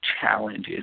challenges